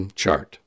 chart